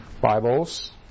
Bibles